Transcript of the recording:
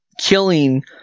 killing –